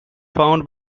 found